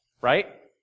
right